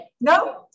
no